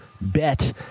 bet